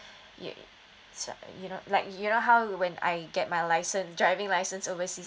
you so you know like you know how when I get my license driving license overseas